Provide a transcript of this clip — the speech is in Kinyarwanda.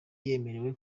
yemerewe